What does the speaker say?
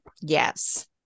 Yes